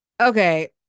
Okay